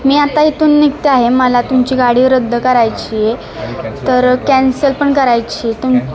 मी आता इथून निघते आहे मला तुमची गाडी रद्द करायची आहे तर कॅन्सल पण करायची आहे तुम